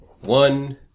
One